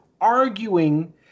arguing